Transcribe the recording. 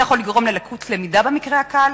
זה עלול לגרום ללקות למידה במקרה הקל,